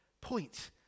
point